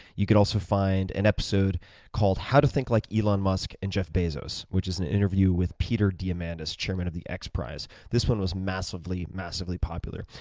you could also find an episode called how to think like elon musk and jeff bezos, which is an interview with peter diamandis, chairman of the xprize. this one was massively, massively popular.